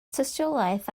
tystiolaeth